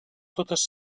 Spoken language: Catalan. totes